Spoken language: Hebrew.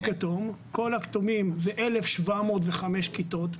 כל הכתומים זה 1,705 כיתות,